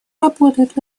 работает